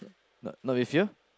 not not with you